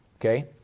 okay